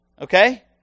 Okay